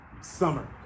summer